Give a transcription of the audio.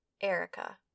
Erica